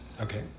Okay